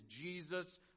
Jesus